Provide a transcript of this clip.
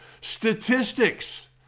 Statistics